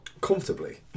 comfortably